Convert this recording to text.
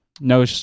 No